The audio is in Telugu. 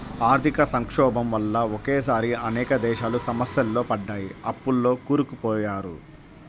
ఆర్థిక సంక్షోభం వల్ల ఒకేసారి అనేక దేశాలు సమస్యల్లో పడ్డాయి, అప్పుల్లో కూరుకుపోయారు